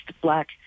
Black